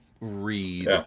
read